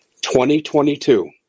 2022